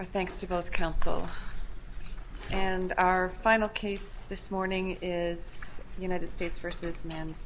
thanks to both counsel and our final case this morning is united states versus man